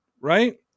right